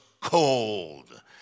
cold